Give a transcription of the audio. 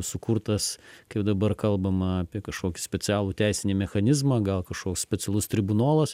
sukurtas kaip dabar kalbama apie kažkokį specialų teisinį mechanizmą gal kažkoks specialus tribunolas